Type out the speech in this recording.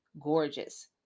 gorgeous